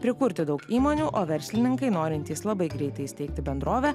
prikurti daug įmonių o verslininkai norintys labai greitai įsteigti bendrovę